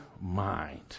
Mind